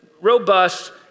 robust